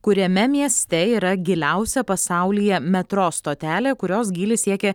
kuriame mieste yra giliausia pasaulyje metro stotelė kurios gylis siekia